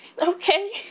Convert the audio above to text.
Okay